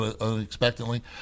unexpectedly